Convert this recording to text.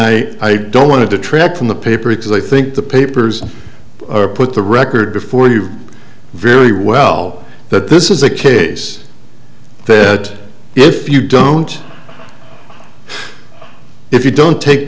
and i don't want to detract from the paper because i think the papers are put the record before you very well that this is a case ted if you don't if you don't take